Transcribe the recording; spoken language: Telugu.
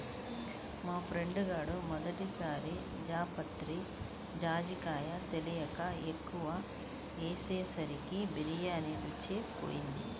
మా ఫ్రెండు గాడు మొదటి సారి జాపత్రి, జాజికాయ తెలియక ఎక్కువ ఏసేసరికి బిర్యానీ రుచే బోయింది